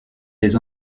des